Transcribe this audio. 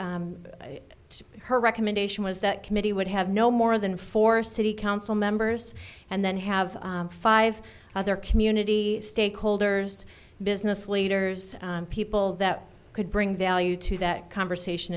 her recommendation was that committee would have no more than four city council members and then have five other community stakeholders business leaders people that could bring value to that conversation